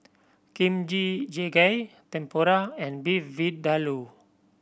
Kimchi Jjigae Tempura and Beef Vindaloo